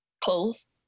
Clothes